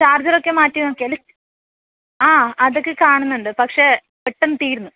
charger ഒക്കെ മാറ്റി നോക്കി ആ അതൊക്കെ കാണുന്നുണ്ട് പക്ഷേ പെട്ടെന്ന് തീരുന്ന്